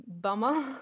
bummer